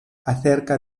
acerca